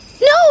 No